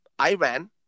Iran